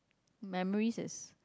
memory is